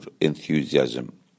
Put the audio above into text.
enthusiasm